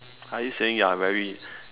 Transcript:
are you saying you are very